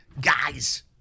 guys